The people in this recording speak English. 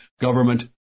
government